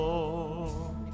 Lord